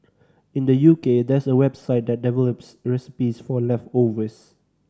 in the U K there's a website that develops recipes for leftovers